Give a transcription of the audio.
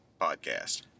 podcast